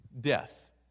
death